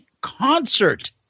Concert